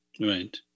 right